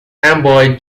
amboy